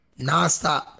nonstop